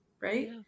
Right